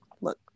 look